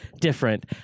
different